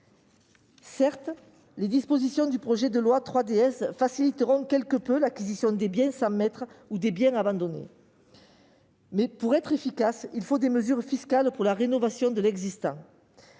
Certes, les dispositions du projet de loi 3DS faciliteront quelque peu l'acquisition des biens sans maître ou des biens abandonnés. Mais pour être efficace, il faut des mesures fiscales en faveur de la rénovation de l'existant.